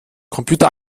computer